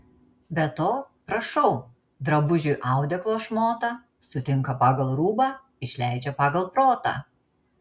be to prašau drabužiui audeklo šmotą sutinka pagal rūbą išleidžia pagal protą